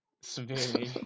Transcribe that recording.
severely